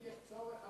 אם יש צורך,